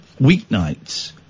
weeknights